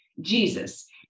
Jesus